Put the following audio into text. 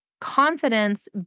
Confidence